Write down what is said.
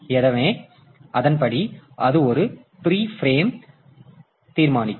எனவே அதன்படி அது ஒரு பிரீ பிரேம் ஐ தீர்மானிக்கும்